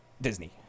Disney